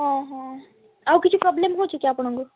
ହଁ ହଁ ଆଉ କିଛି ପ୍ରୋବ୍ଲେମ୍ ହେଉଛି କି ଆପଣଙ୍କୁ